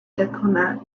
diplomat